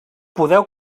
podeu